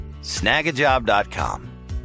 snagajob.com